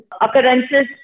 occurrences